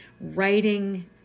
writing